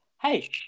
hey